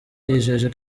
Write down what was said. yijeje